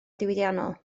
diwydiannol